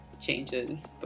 changes